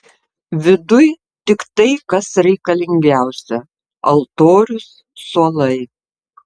viduj tik tai kas reikalingiausia altorius suolai